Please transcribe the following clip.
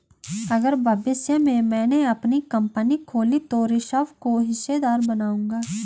अगर भविष्य में मैने अपनी कंपनी खोली तो ऋषभ को हिस्सेदार बनाऊंगा